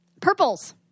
Purples